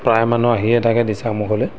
প্ৰায় মানুহ আহিয়ে থাকে দিচাংমুখলৈ